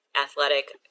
athletic